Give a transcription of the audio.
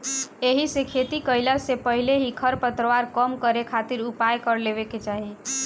एहिसे खेती कईला से पहिले ही खरपतवार कम करे खातिर उपाय कर लेवे के चाही